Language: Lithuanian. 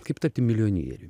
kaip tapti milijonieriumi